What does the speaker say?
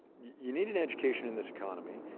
you need an education in this economy.